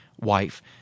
wife